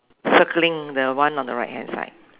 circling the one on the right hand side